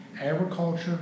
Agriculture